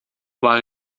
waar